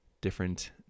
different